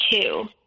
two